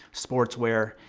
sportswear,